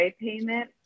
payment